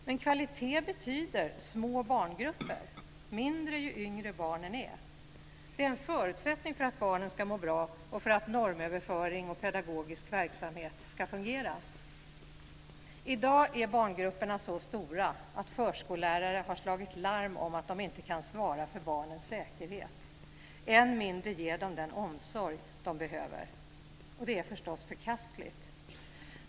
Men kvalitet betyder små barngrupper; mindre ju yngre barnen är. Det är en förutsättning för att barnen ska må bra och för att normöverföring och pedagogisk verksamhet ska fungera. I dag är barngrupperna så stora att förskollärare har slagit larm om att de inte kan svara för barnens säkerhet, än mindre ge dem den omsorg barnen behöver. Det är förstås förkastligt.